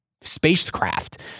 spacecraft